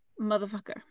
motherfucker